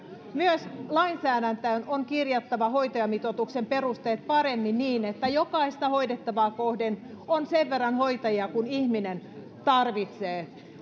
myös lainsäädäntöön on kirjattava hoitajamitoituksen perusteet paremmin niin että jokaista hoidettavaa kohden on sen verran hoitajia kuin ihminen tarvitsee